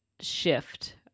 shift